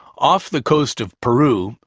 off the coast of peru,